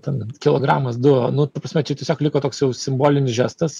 ten kilogramas du nu ta prasme čia tiesiog liko toks jau simbolinis žestas